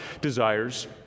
desires